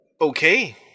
Okay